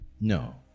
No